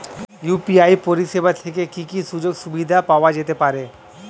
UPI পরিষেবা থেকে কি কি সুযোগ সুবিধা পাওয়া যেতে পারে?